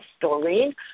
Doreen